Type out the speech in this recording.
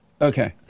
Okay